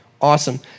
awesome